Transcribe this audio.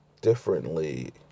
differently